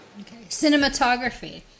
cinematography